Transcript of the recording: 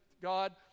God